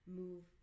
move